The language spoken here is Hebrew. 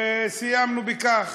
וסיימנו בכך.